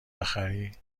بخری